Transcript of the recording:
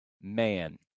man—